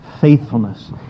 faithfulness